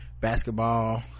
basketball